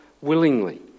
willingly